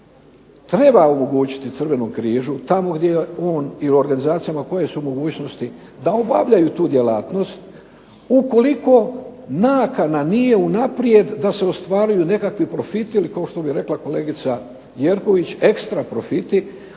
treba omogućiti Crvenom križu tamo gdje on i organizacijama koje su u mogućnosti da obavljaju tu djelatnost ukoliko nakana nije unaprijed da se ostvaruju nekakvi profiti ili kao što bi rekla kolegica Jerković extra profiti,